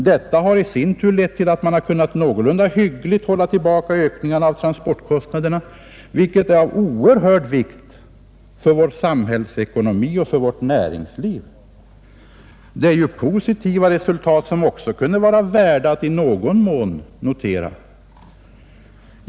Detta har i sin tur lett till att man har kunnat någorlunda hyggligt hålla tillbaka ökningarna av transportkostnaderna, vilket är av oerhörd vikt för vår samhällsekonomi och för vårt näringsliv. Det är ju positiva resultat som också kunde vara värda att i någon mån notera.